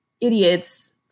idiots